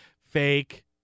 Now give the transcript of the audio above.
fake